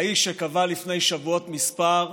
האיש שקבע לפני שבועות מספר: